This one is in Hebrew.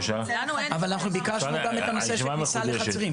אבל אנחנו ביקשנו גם את הנושא של כניסה לחצרים.